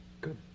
Good